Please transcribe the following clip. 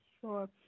Sure